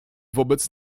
wobec